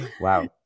Wow